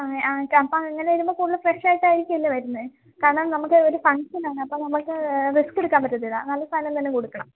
ആ ആക്കെ അപ്പം അങ്ങനെ വരുമ്പോൾ ഫുള്ള് ഫ്രഷ് ആയിട്ടായിരിക്കും അല്ലേ വരുന്നത് കാരണം നമുക്ക് ഒരു ഫങ്ങ്ഷന് ആണേ അപ്പം നമുക്ക് റിസ്ക്ക് എടുക്കാൻ പറ്റത്തില്ല നല്ല സാധനം തന്നെ കൊടുക്കണം